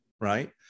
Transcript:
Right